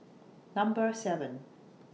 Number seven